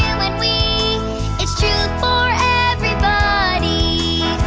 we it's true for everybody